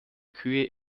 kühe